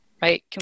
Right